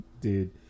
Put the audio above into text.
Dude